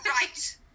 Right